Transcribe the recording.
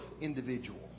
individual